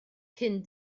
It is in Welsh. cyn